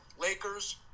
Lakers